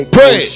Pray